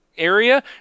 area